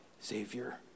Savior